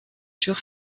jour